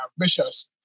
ambitious